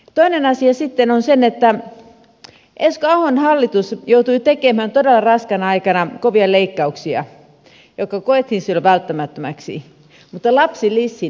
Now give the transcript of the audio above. toinen asia sitten on se että esko ahon hallitus joutui tekemään todella raskaana aikana kovia leikkauksia jotka koettiin silloin välttämättömiksi mutta lapsilisiin ei koskettu